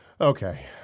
Okay